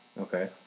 Okay